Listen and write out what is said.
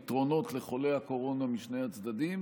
פתרונות לחולי הקורונה משני הצדדים,